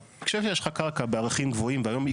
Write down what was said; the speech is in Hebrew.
כשיש לך קרקע בערכים גבוהים והיום היא